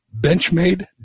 Benchmade